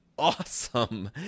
Awesome